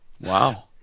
Wow